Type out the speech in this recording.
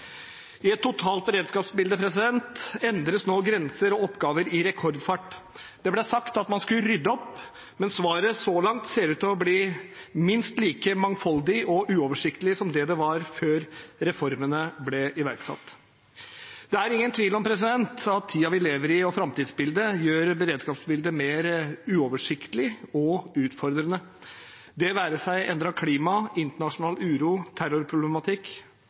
I et totalt beredskapsbilde endres nå grenser og oppgaver i rekordfart. Det ble sagt at man skulle rydde opp, men svaret så langt ser ut til å bli minst like mangfoldig og uoversiktlig som det det var før reformene ble iverksatt. Det er ingen tvil om at tiden vi lever i, og framtidsbildet gjør beredskapsbildet mer uoversiktlig og utfordrende – det være seg endret klima, internasjonal uro, terrorproblematikk,